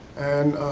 and